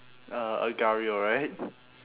uh agario right